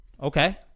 Okay